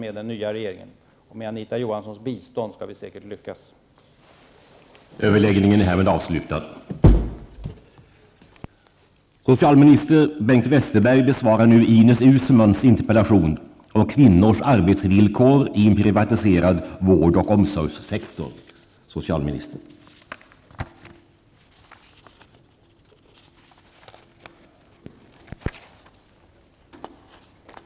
Med Anita Johanssons bistånd skall vi säkert lyckas med det.